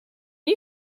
you